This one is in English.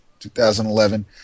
2011